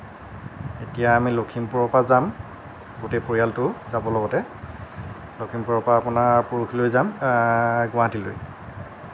এতিয়া আমি লখিমপুৰৰ পৰা যাম গোটেই পৰিয়ামটো যাব লগতে লখিমপুৰৰ পৰা আপোনাৰ পৰহিলৈ যাম গুৱাহাটীলৈ